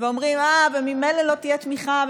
ואומרים שממילא לא תהיה תמיכה,